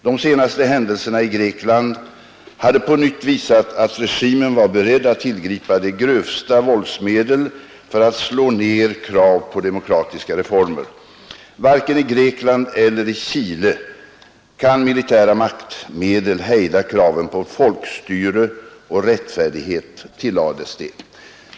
De senaste händelserna i Grekland hade på nytt visat att regimen var beredd att tillgripa de grövsta våldsmedlen för att slå ner krav på demokratiska reformer. Varken i Grekland eller i Chile kan militära maktmedel hejda kraven på folkstyre och rättfärdighet, tillades det.